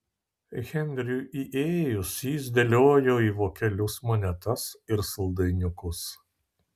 henriui įėjus jis dėliojo į vokelius monetas ir saldainiukus